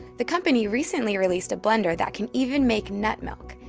the company recently released a blender that can even make nut milk,